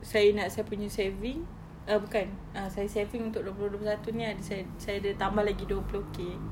saya nak saya punya saving err bukan ah saya saving untuk dua puluh dua puluh satu ini ada saya ada tambah lagi dua puluh K